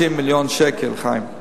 ב-130 מיליון שקל, חיים.